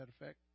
effect